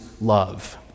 love